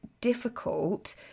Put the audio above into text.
difficult